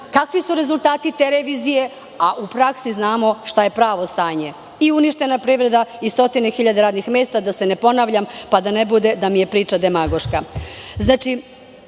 kakvi su rezultati te revizije, a u praksi znamo šta je pravo stanje – i uništena privreda i stotine hiljada radnih mesta, da se ne ponavljam, pa da ne bude da mi je priča demagoška. Predlažemo